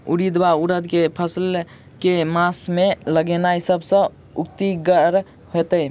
उड़ीद वा उड़द केँ फसल केँ मास मे लगेनाय सब सऽ उकीतगर हेतै?